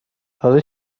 تازه